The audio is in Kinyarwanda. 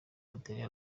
adele